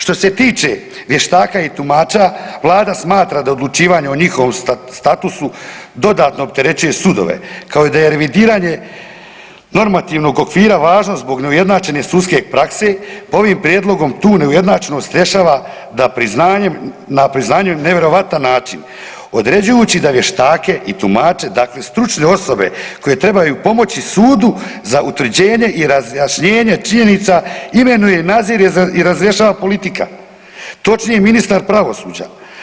Što se tiče vještaka i tumača Vlada smatra da odlučivanje o njihovom statusu dodatno opterećuje sudove kao i da je revidiranje normativnog okvira važno zbog neujednačene sudske prakse ovim prijedlogom tu neujednačenost rješava na priznanju na nevjerojatan način određujući da vještake i tumače, dakle stručne osobe koje trebaju pomoći sudu za utvrđenje i razjašnjenje činjenica imenuje, nadzire i razrješava politika točnije ministar pravosuđa.